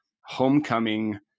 homecoming